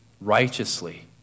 righteously